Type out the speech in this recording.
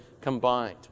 combined